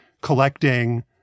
collecting